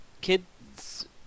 kids